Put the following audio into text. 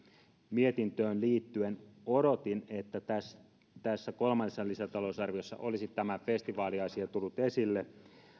mietintöön liittyen odotin että tässä tässä kolmannessa lisätalousarviossa olisi tämä festivaaliasia tullut esille